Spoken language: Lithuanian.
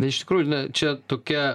bet iš tikrųjų na čia tokia